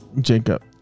Jacob